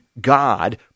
God